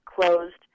closed